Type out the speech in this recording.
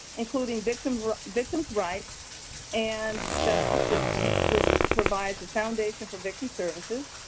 including victim victims' rights and justice systems, which provides a foundation for victim services.